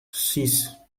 six